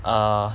err